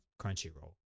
Crunchyroll